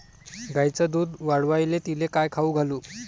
गायीचं दुध वाढवायले तिले काय खाऊ घालू?